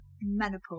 menopause